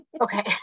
Okay